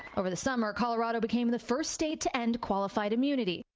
over the summer colorado became the first state to end qualified immunity.